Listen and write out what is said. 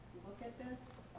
look at this.